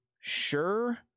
Sure